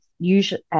usually